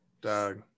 dog